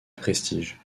prestige